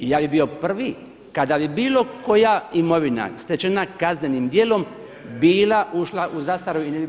Ja bi bio prvi kada bi bilo koja imovina stečena kaznenim djelom bila ušla u zastaru i ne bi